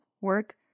work